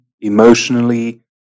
emotionally